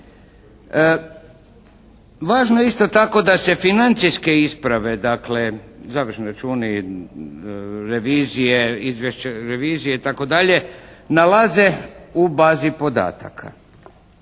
Važno je isto tako da se financijske isprave dakle, završni računi, revizije, izvješća revizije itd., nalaze u bazi podataka.